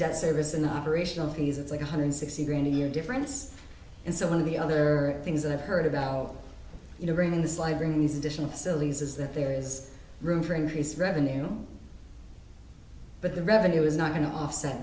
debt service and the operational fees it's like one hundred sixty grand a year difference and so one of the other things that i've heard about you know bringing the slide bringing these additional facilities is that there is room for increase revenue but the revenue is not going to offset